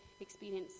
experience